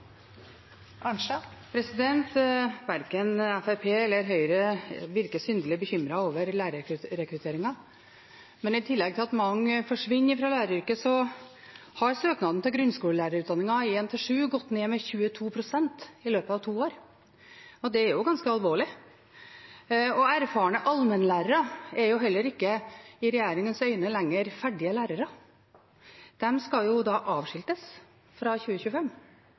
Verken Fremskrittspartiet eller Høyre virker synlig bekymret over lærerrekrutteringen. I tillegg til at mange forsvinner fra læreryrket, har søkertallet til grunnskolelærerutdanning 1–7 gått ned med 22 pst. i løpet av to år. Det er ganske alvorlig. Erfarne allmennlærere er jo heller ikke i regjeringens øyne lenger ferdige lærere. De skal avskiltes fra 2025.